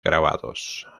grabados